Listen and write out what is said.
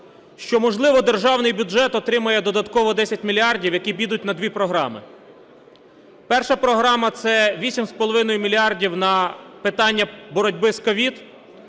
що, можливо державний бюджет отримає додатково 10 мільярдів, які підуть на дві програми. Перша програма – це вісім з половиною мільярдів на питання боротьби з COVID.